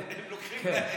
הם לוקחים להם.